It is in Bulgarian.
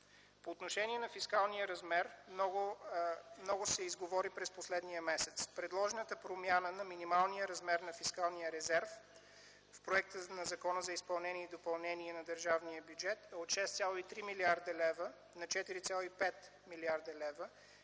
По отношение на фискалния размер много се изговори през последния месец. Предложената промяна на минималния размер на фискалния резерв в проекта на Закона за изменение и допълнение на Закона за държавния бюджет от 6,3 млрд. лв. на 4,5 млрд. лв.